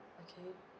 okay